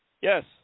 Yes